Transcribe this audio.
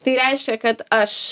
tai reiškia kad aš